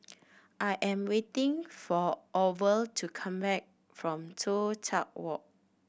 I am waiting for Orval to come back from Toh Tuck Walk